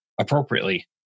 appropriately